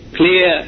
clear